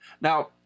Now